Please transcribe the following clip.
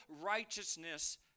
righteousness